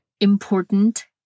important